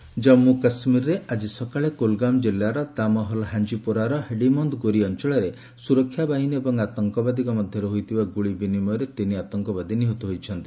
ଆତଙ୍କବାଦୀ ନିହତ ଜନ୍ମୁ କାଶ୍ମୀରରେ ଆଜି ସକାଳେ କୁଲ୍ଗାମ କିଲ୍ଲାର ଦାମହଲ୍ ହାଞ୍ଜିପୋରାର ହାର୍ଡ଼ିମନ୍ଦ ଗୋରି ଅଞ୍ଚଳରେ ସୁରକ୍ଷା ବାହିନୀ ଏବଂ ଆତଙ୍କବାଦୀଙ୍କ ମଧ୍ୟରେ ହୋଇଥିବା ଗୁଳି ବିନିମୟରେ ତିନି ଆତଙ୍କବାଦୀ ନିହତ ହୋଇଛନ୍ତି